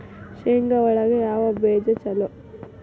ಶೇಂಗಾ ಒಳಗ ಯಾವ ಬೇಜ ಛಲೋ?